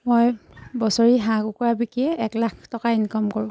মই বছৰি হাঁহ কুকুৰা বিকিয়ে এক লাখ টকা ইনকম কৰোঁ